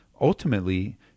Ultimately